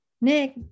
Nick